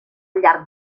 llarg